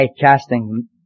casting